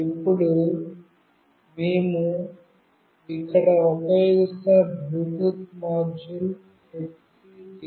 ఇప్పుడు మేము ఇక్కడ ఉపయోగిస్తున్న బ్లూటూత్ మాడ్యూల్ HC 06